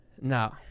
No